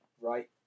Right